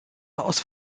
aus